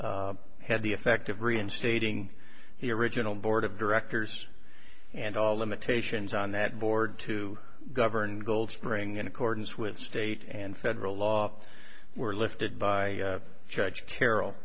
along had the effect of reinstating the original board of directors and all limitations on that board to govern gold spring in accordance with state and federal law were lifted by judge carroll